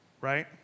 right